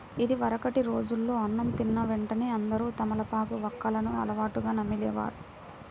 ఇదివరకటి రోజుల్లో అన్నం తిన్న వెంటనే అందరూ తమలపాకు, వక్కలను అలవాటుగా నమిలే వారు